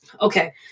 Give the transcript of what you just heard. Okay